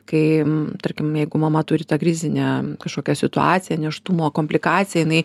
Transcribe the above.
kai tarkim jeigu mama turi tą krizinę kažkokią situaciją nėštumo komplikaciją jinai